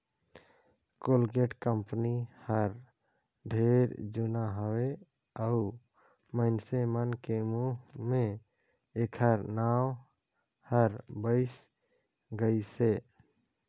Colgate company हर ढेरे जुना हवे अऊ मइनसे मन के मुंह मे ऐखर नाव हर बइस गइसे